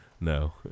No